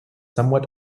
somewhat